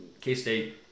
K-State